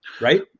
right